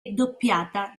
doppiata